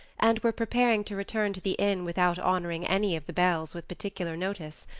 and were preparing to return to the inn without honouring any of the belles with particular notice,